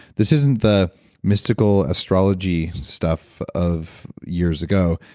this isn't the mystical astrology stuff of years ago.